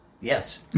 Yes